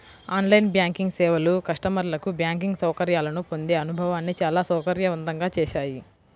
on line banking సేవలు కస్టమర్లకు banking సౌకర్యాలను పొందే అనుభవాన్ని చాలా సౌకర్యవంతంగా చేశాయి